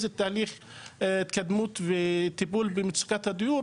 את תהליך ההתקדמות וטיפול במצוקת הדיור,